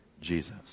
Jesus